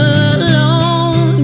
alone